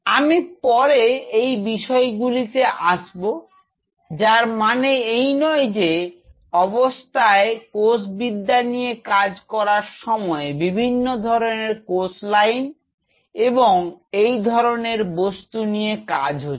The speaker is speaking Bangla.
আমি পরে এই বিষয়গুলোতে আসবো যার মানে এই নয় যে অবস্থায় কোষ বিদ্যা নিয়ে কাজ করার সময় বিভিন্ন ধরনের কোষ লাইন এবং এই ধরনের বস্তু নিয়ে কাজ হচ্ছে